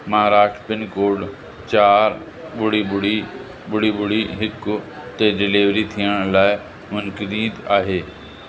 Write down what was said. Maharashtra pincode चारि ॿुड़ी ॿुड़ी ॿुड़ी ॿुड़ी हिक ते डिलेविरी थियण लाइ मनकरीद आहे